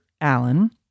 allen